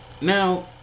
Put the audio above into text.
Now